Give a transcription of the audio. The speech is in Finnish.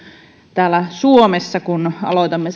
täällä suomessa kun aloitamme